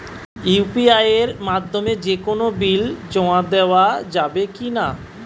UPI এর মাধ্যমে যে কোনো বিল জমা দেওয়া যাবে কি না?